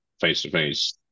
face-to-face